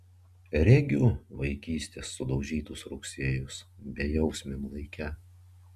regiu vaikystės sudaužytus rugsėjus bejausmiam laike